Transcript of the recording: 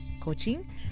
coaching